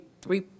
three –